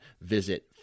visit